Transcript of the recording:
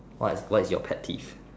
what is what is your pet peeve